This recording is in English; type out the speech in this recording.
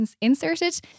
inserted